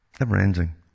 Never-ending